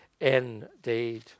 indeed